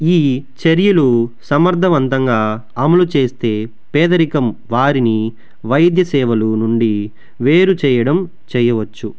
ఈ చర్యలు సమర్థవంతంగా అమలు చేస్తే పేదరికం వారిని వైద్య సేవల నుండి వేరుచేయడం చెయ్యవచ్చు